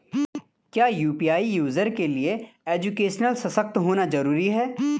क्या UPI user के लिए एजुकेशनल सशक्त होना जरूरी है?